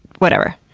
whatever.